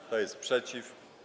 Kto jest przeciw?